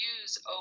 use